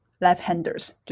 left-handers